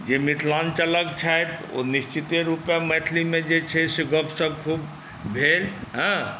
जे मिथिलाञ्चलके छथि ओ निश्चिते रूपेँ मैथिलीमे जे छै से गपशप खूब भेल हँ